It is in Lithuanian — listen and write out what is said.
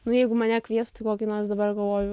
nu jeigu mane kviestų į kokį nors dabar galvoju